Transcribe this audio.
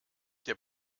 der